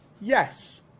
yes